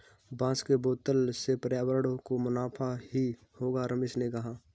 बांस के बोतल से पर्यावरण को मुनाफा ही होगा रमेश ने कहा